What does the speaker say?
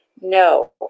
No